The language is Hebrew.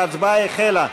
ההצבעה החלה.